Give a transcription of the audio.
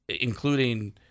including